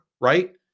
right